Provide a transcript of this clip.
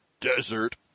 desert